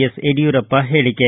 S Yediyurappa ಹೇಳಿಕೆ